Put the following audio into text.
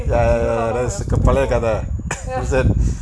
ya lah பழைய கத:palaya katha